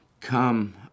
Come